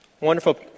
wonderful